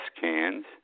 cans